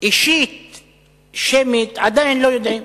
אישית, שמית, עדיין לא יודעים,